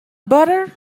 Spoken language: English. butter